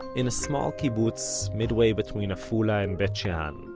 in a small kibbutz midway between afula and beit shean.